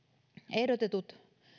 ehdotetut